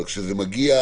כשזה מגיע